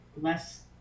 less